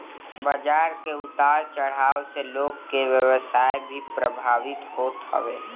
बाजार के उतार चढ़ाव से लोग के व्यवसाय भी प्रभावित होत हवे